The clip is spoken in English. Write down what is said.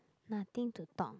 nothing to talk